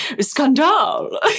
Scandal